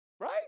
Right